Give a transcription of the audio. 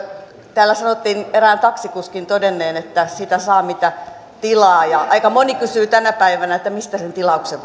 täällä sanottiin erään taksikuskin todenneen että sitä saa mitä tilaa ja aika moni kysyy tänä päivänä että mistä sen tilauksen